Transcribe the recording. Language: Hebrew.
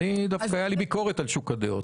לי דווקא הייתה ביקורת על שוק הדעות.